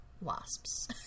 wasps